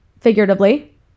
Figuratively